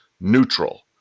neutral